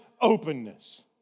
openness